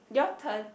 your turn